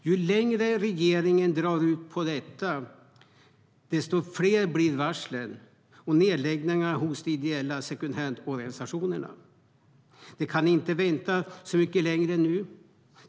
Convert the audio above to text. Ju längre regeringen drar ut på detta, desto fler blir varslen och nedläggningarna hos de ideella second hand-organisationerna. De kan inte vänta så mycket längre.